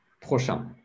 prochain